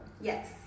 Yes